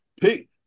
pick